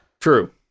True